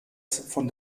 von